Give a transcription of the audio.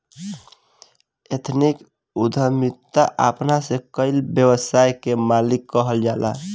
ethnic उद्यमिता अपना से कईल व्यवसाय के मालिक के कहल जाला